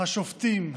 השופטים,